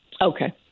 Okay